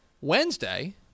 Wednesday